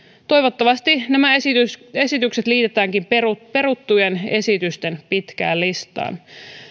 toivottavasti nämä esitykset esitykset liitetäänkin peruttujen peruttujen esitysten pitkään listaan